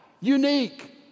unique